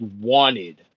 wanted